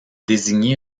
désigné